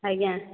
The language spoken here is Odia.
ଆଜ୍ଞା